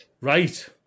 Right